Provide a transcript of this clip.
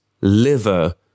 liver